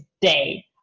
day